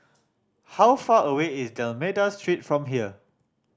how far away is D'Almeida Street from here